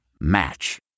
Match